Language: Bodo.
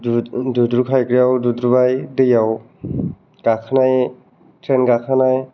दुद्रुख्लायग्राआव दुद्रबाय दैआव गाखोनाय ट्रेन गाखोनाय